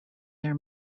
their